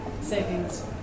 Savings